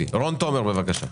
רון תומר, בבקשה.